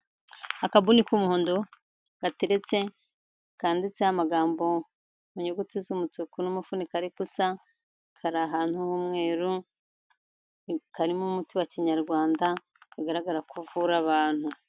Akabuni k'umuhondo gateretse kanditseho amagambo mu nyuguti z'umutuku n'umufuniko ari ko usa, kari ahantu h'umweru, karimo umuti wa kinyarwanda, bigaragara ko uvura abantu.